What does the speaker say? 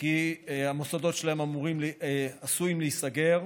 כי המוסדות שלהם עשויים להיסגר.